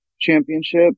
championship